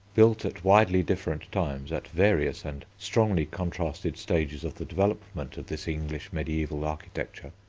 built at widely different times, at various and strongly-contrasted stages of the development of this english mediaeval architecture,